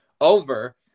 over